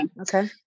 Okay